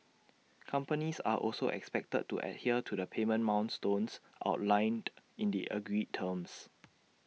companies are also expected to adhere to the payment milestones outlined in the agreed terms